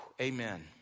Amen